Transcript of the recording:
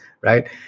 right